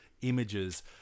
images